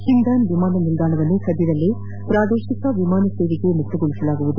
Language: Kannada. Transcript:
ಹಿಂಡನ್ ವಿಮಾನ ನಿಲ್ದಾಣವನ್ನು ಸದ್ಯದಲ್ಲೇ ಪ್ರಾದೇಶಿಕ ವಿಮಾನ ಸೇವೆಗೆ ಮುಕ್ತಗೊಳಿಸಲಾಗುವುದು